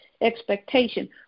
expectation